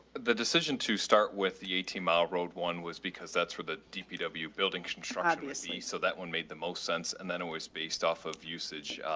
the decision to start with the eighty mile road one was because that's where the dpw building construction with the, so that one made the most sense and then always based off of usage.